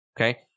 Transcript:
okay